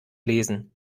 lesen